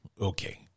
okay